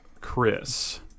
Chris